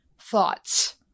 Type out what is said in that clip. Thoughts